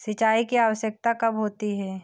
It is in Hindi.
सिंचाई की आवश्यकता कब होती है?